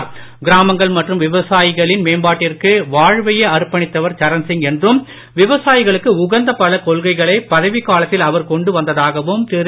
திரு கிராமங்கள்மற்றும்விவசாயிகளின்மேம்பாட்டிற்குவாழ்வையேஅற்பணித்த வர்சரண்சிங்என்றும்விவசாயிகளுக்குஉகந்தபலகொள்கைகளைபதவிக்கா லத்தில்அவர்கொண்டுவந்ததாகவும்திரு